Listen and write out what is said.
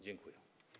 Dziękuję.